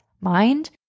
mind